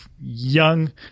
young